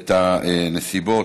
את הנסיבות,